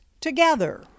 together